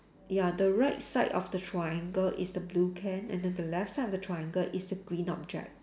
ya the right side of the triangle is the blue can and then the left side of the triangle is the green object